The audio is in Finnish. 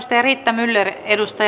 riitta myller